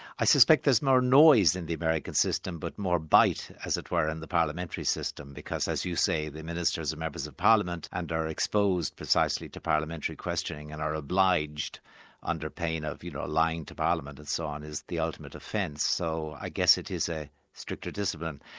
i suspect there's no noise in the american system but more bite, as it were, in the parliamentary system, because as you say, the ministers are members of parliament and are exposed precisely to parliamentary questioning and are obliged under pain of you know lying to parliament and so on, is the ultimate offence. so i guess it is a stricter discipline.